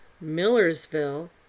Millersville